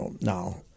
now